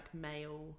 male